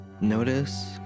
Notice